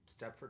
Stepford